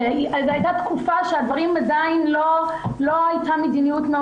זאת היתה תקופה שעדיין לא היתה מדיניות מאוד